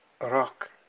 rock